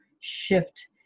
shift